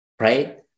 right